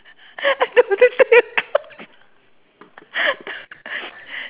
I don't need take accounts